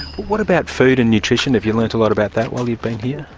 what about food and nutrition, have you learned a lot about that while you've been here?